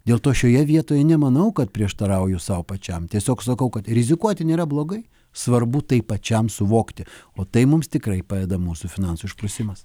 dėl to šioje vietoje nemanau kad prieštarauju sau pačiam tiesiog sakau kad rizikuoti nėra blogai svarbu tai pačiam suvokti o tai mums tikrai padeda mūsų finansų išprusimas